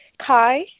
Hi